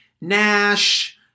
Nash